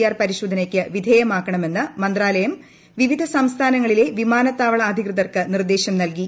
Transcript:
R പരിശോധനക്ക് വിധേയമാക്കണമെന്ന് മന്ത്രാല യം വിവിധ സംസ്ഥാനങ്ങളിലെ വിമാനത്താവള അധികൃതർക്ക് നിർദേശം നൽകി